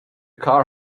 car